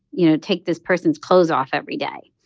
you know, take this person's clothes off every day.